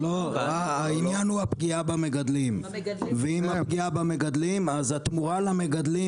מאחר ופה רוצים להגן על המגדלים אז אני